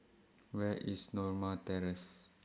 Where IS Norma Terrace